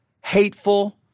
hateful